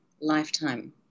lifetime